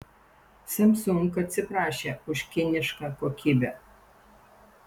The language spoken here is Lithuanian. samsung atsiprašė už kinišką kokybę